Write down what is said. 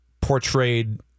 portrayed